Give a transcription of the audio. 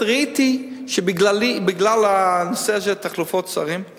ראיתי שבגלל הנושא של תחלופות שרים,